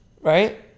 right